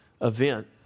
event